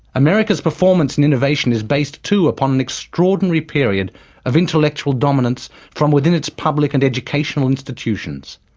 america's performance in innovation is based, too upon an extraordinary period of intellectual dominance from within its public and educational institutions.